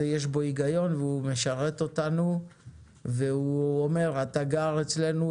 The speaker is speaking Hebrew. יש בו היגיון והוא משרת אותנו והוא אומר אתה גר אצלנו,